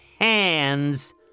hands